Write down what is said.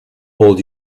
all